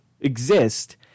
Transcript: exist